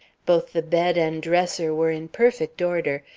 both the bed and dresser were in perfect order,